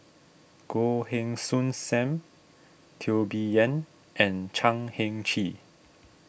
Goh Heng Soon Sam Teo Bee Yen and Chan Heng Chee